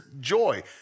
joy